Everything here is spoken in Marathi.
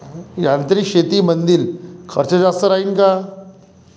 यांत्रिक शेतीमंदील खर्च जास्त राहीन का?